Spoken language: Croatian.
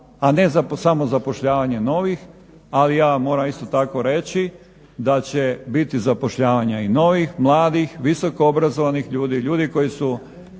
a ne samo zapošljavanje novih, ali ja vam moram isto tako reći da će biti zapošljavanja i novih, mladih, visokoobrazovanih ljudi, ljudi koji su